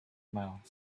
miles